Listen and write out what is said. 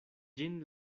ĝin